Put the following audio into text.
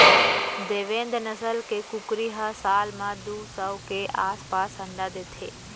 देवेन्द नसल के कुकरी ह साल म दू सौ के आसपास अंडा देथे